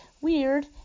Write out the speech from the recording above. weird